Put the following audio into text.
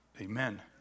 Amen